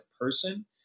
person